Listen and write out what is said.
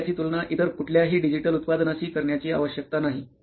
तुम्हाला याची तुलना इतर कुठल्याही डिजिटल उत्पादनाशी करण्याची आवश्यकता नाही